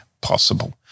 possible